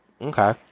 Okay